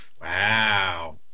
Wow